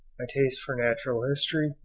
my taste for natural history,